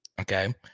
Okay